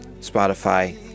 Spotify